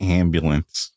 ambulance